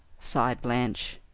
sighed blanche.